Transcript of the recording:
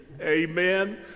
Amen